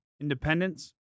independence